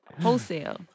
Wholesale